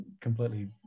completely